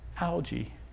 algae